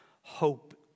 hope